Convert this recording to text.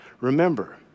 Remember